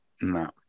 No